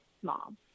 small